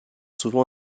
souvent